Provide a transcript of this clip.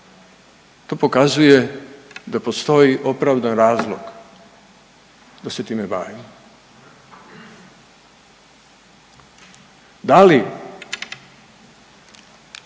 to pokazuje da postoji opravdan razlog da se time bavimo. Da li